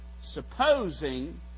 supposing